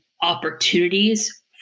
opportunities